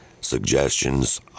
suggestions